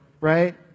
right